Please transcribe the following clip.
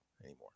anymore